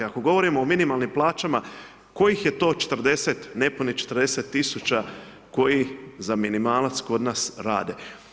Ako govorimo o minimalnim plaćama, kojih je to 40, nepunih 40 tisuća koji za minimalac kod nas rade.